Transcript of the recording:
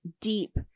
deep